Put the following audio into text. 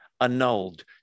annulled